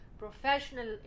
professional